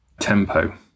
tempo